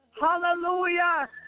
Hallelujah